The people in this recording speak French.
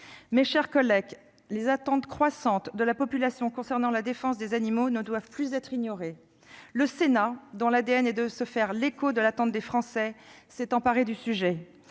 Mes chers collègues, les attentes croissantes de la population concernant la défense des animaux ne doivent plus être ignorées. Le Sénat, dont l'ADN est de se faire l'écho de l'attente des Français, s'est emparé du sujet.